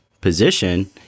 position